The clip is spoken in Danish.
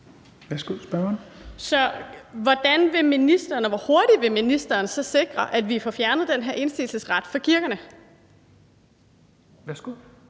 hurtigt vil ministeren så sikre, at vi får fjernet den her indsigelsesret for kirkerne?